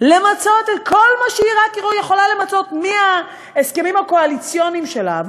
למצות את כל מה שהיא רק יכולה למצות מההסכמים הקואליציוניים שלה,